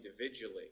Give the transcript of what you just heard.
individually